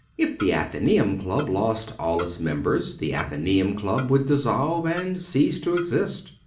if the athenaeum club lost all its members, the athenaeum club would dissolve and cease to exist.